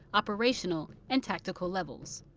operational, and tactical levels.